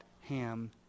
Ham